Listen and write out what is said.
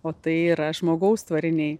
o tai yra žmogaus tvariniai